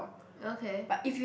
okay